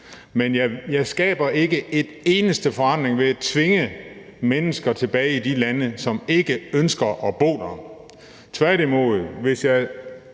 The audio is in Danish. men jeg skaber ikke en eneste forandring ved at tvinge mennesker tilbage til de lande, hvor de ikke ønsker at bo. Hvis jeg